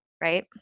Right